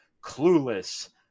Clueless